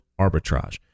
arbitrage